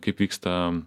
kaip vyksta